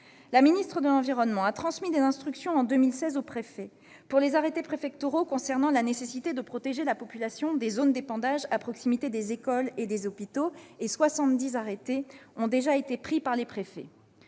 La ministre de l'environnement a transmis des instructions en 2016 aux préfets pour les arrêtés préfectoraux concernant la nécessité de protéger la population des zones d'épandage à proximité des écoles et des hôpitaux. Soixante-dix arrêtés ont déjà été pris par les préfets.